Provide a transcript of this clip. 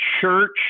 church